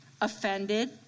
offended